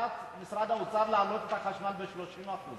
על החלטת משרד האוצר להעלות את החשמל ב-30%.